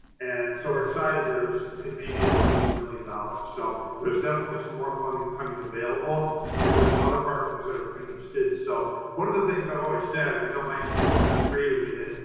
and so we're excited that it may be as much as a million dollars. so there's definitely some more funding coming available and there's some other partners that are interested. so one of the things i've always said, and i know mike kind of agree with me that,